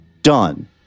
Done